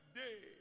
day